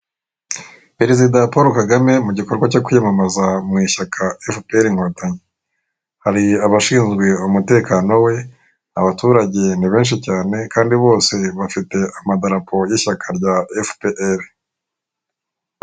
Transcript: Perezida Paul Kagame mu gikorwa cyo kwiyamamaza mu ishyaka efuperi inkotanyi. Hari abashinzwe umutekano we, abaturage ni benshi cyane, kandi bose bafite amadarapo y'ishyaka rya efuperi.